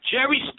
Jerry